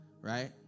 right